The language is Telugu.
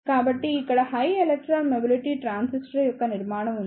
కాబట్టి ఇక్కడ హై ఎలక్ట్రాన్ మొబిలిటీ ట్రాన్సిస్టర్ యొక్క నిర్మాణం ఉంది